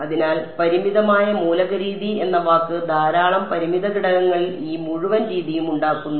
അതിനാൽ പരിമിതമായ മൂലക രീതി എന്ന വാക്ക് ധാരാളം പരിമിത ഘടകങ്ങളിൽ ഈ മുഴുവൻ രീതിയും ഉണ്ടാക്കുന്നു